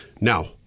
Now